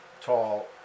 tall